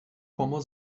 como